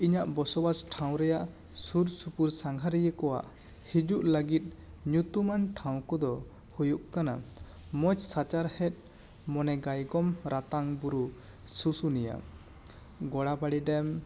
ᱤᱧᱟᱹᱜ ᱵᱚᱥᱚᱵᱟᱥ ᱴᱷᱟᱶ ᱨᱮᱭᱟᱜ ᱥᱩᱨ ᱥᱩᱯᱩᱨ ᱥᱟᱸᱜᱷᱟᱨᱤᱭᱟᱹ ᱠᱚᱣᱟᱜ ᱦᱤᱡᱩᱜ ᱞᱟᱹᱜᱤᱫ ᱧᱩᱛᱩᱢᱟᱱ ᱴᱷᱟᱶ ᱠᱚ ᱫᱚ ᱦᱩᱭᱩᱜ ᱠᱟᱱᱟ ᱢᱚᱡᱽ ᱥᱟᱪᱟᱨᱦᱮᱫ ᱢᱚᱱᱮ ᱜᱟᱭᱜᱚᱢ ᱨᱟᱛᱟᱝ ᱵᱩᱨᱩ ᱥᱩᱥᱩᱱᱤᱭᱟᱹ ᱜᱚᱲᱟᱵᱟᱹᱲᱤ ᱰᱮᱢ